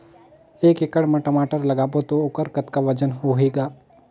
एक एकड़ म टमाटर लगाबो तो ओकर कतका वजन होही ग?